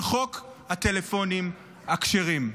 על חוק הטלפונים הכשרים.